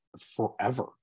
forever